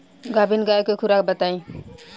गाभिन गाय के खुराक बताई?